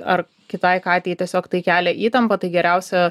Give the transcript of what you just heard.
ar kitai katei tiesiog tai kelia įtampą tai geriausia